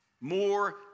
more